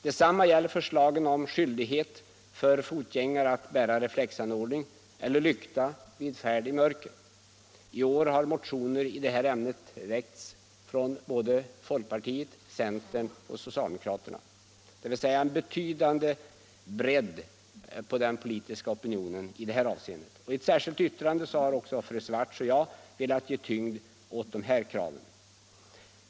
Detsamma gäller förslagen om skyldighet för fotgängare att under mörker bära reflexanordning eller lykta. I år har motioner i det ämnet kommit från såväl folkpartiet som centern och socialdemokraterna; det är alltså en betydande bredd på den politiska opinionen i detta avseende. I ett särskilt yttrande har fru Swartz och jag velat ge tyngd åt de här kraven.